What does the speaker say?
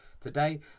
today